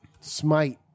smite